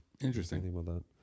Interesting